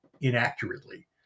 inaccurately